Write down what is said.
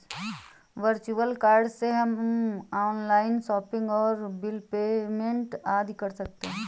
virtual card से हम online shopping और बिल पेमेंट आदि कर सकते है